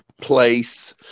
place